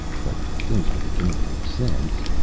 but things were beginning to make sense.